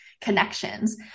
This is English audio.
connections